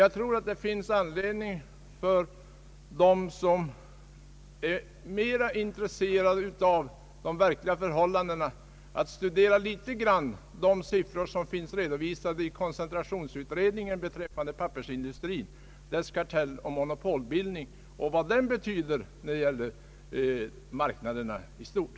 Jag tror att det finns anledning för dem som är mer intresserade av de verkliga förhållandena att studera de siffror som finns redovisade i koncentrationsutredningens betänkande beträffande pappersindustrin, dess kartelloch monopolbildning och vad de sakerna betyder när det gäller marknaderna i stort.